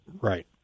Right